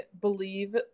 believe